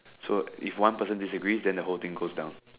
so if one person disagree then the whole thing goes down